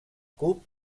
cub